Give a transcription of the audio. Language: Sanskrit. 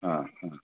हा हा